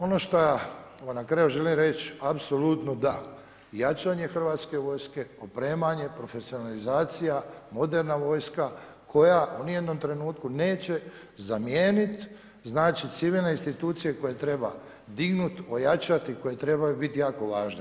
Ono šta vam na kraju želim reći, apsolutno da, jačanje hrvatske vojske, opremanje, profesionalizacija, moderna vojska koja u nijednom trenutku neće zamijeniti civilne institucije koje treba dignuti, ojačati, koje trebaju biti jako važne.